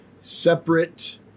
separate